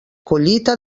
collita